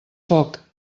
foc